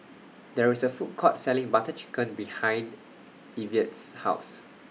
There IS A Food Court Selling Butter Chicken behind Ivette's House